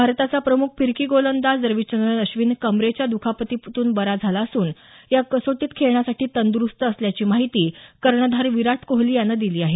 भारताचा प्रमुख फिरकी गोलंदाज रविचंद्रन अश्विन कमरेच्या दुखापतीतून बरा झाला असून या कसोटीत खेळण्यासाठी तंदुरुस्त असल्याची माहिती कर्णधार विराट कोहली यानं दिली आहे